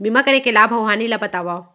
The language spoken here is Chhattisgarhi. बीमा करे के लाभ अऊ हानि ला बतावव